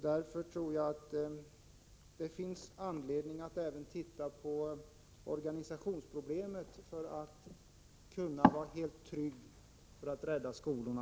Därför tror jag att det finns anledning att även se över organisationen, om vi skall kunna vara helt säkra på att kunna rädda skolorna.